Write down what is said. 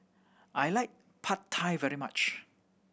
I like Pad Thai very much